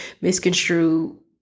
misconstrue